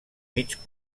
mig